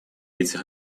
этих